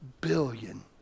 billion